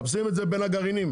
מחפשים את זה בין הגרעינים,